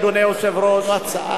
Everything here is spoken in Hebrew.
אדוני היושב-ראש,